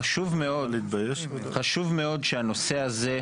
חשוב מאוד שהנושא הזה,